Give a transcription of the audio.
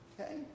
Okay